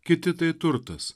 kiti tai turtas